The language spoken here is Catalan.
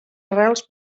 arrels